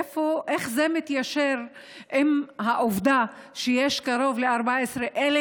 איך זה מתיישב עם העובדה שיש קרוב ל-14,000